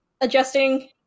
adjusting